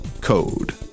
Code